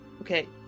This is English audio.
okay